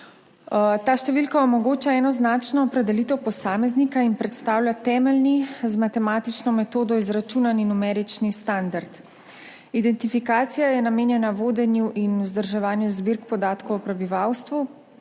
Ta številka omogoča enoznačno opredelitev posameznika in predstavlja temeljni, z matematično metodo izračunan numerični standard. Identifikacija je namenjena vodenju in vzdrževanju zbirk podatkov o prebivalstvu,